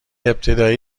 ابتدایی